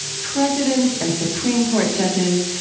presidents and supreme court judges,